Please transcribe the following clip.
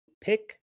pick